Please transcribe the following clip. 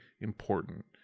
important